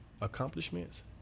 accomplishments